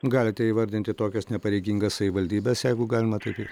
galite įvardinti tokias nepareigingas savivaldybes jeigu galima taip